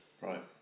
right